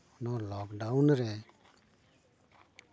ᱱᱚᱣᱟ ᱞᱚᱠᱰᱟᱣᱩᱱ ᱨᱮ